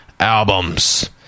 albums